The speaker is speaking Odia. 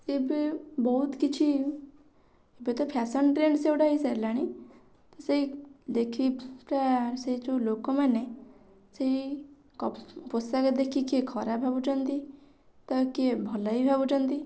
ଏବେ ବହୁତ କିଛି ଏବେ ତ ଫ୍ୟାସନ୍ ଟ୍ରେଣ୍ଡ୍ ସେଇଗୁଡ଼ା ହେଇସାରିଲାଣି ତ ସେଇ ଦେଖିକି ପୁରା ସେଇ ଯେଉଁ ଲୋକମାନେ ସେଇ କପ୍ ପୋଷାକ ଦେଖିକି କିଏ ଖରାପ ଭାବୁଛନ୍ତି ତ କିଏ ଭଲ ବି ଭାବୁଛନ୍ତି